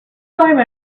time